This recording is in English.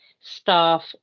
staff